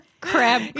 crab